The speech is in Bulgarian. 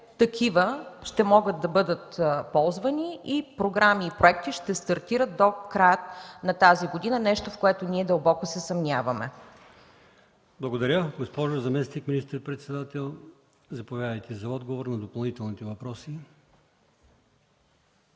такива ще могат да бъдат ползвани? И програми и проекти ще стартират до края на тази година – нещо, в което ние дълбоко се съмняваме. ПРЕДСЕДАТЕЛ АЛИОСМАН ИМАМОВ: Благодаря. Госпожо заместник министър-председател, заповядайте за отговор на допълнителните въпроси.